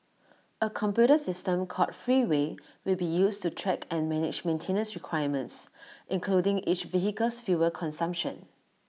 A computer system called Freeway will be used to track and manage maintenance requirements including each vehicle's fuel consumption